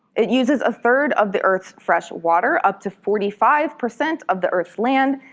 it uses a third of the earth's fresh water, up to forty five percent of the earth's land,